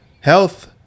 Health